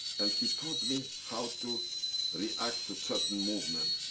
and he taught me how to react to certain movement.